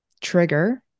trigger